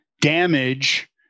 damage